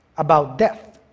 about death,